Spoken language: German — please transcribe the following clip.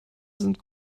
sind